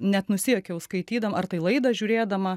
net nusijuokiau skaitydama ar tai laidą žiūrėdama